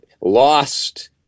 lost